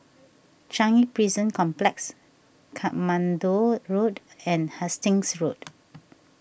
Changi Prison Complex Katmandu Road and Hastings Road